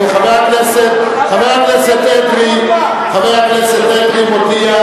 אני קובע שהצעת החוק של חבר הכנסת זבולון אורלב בעניין פקודת